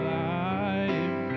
life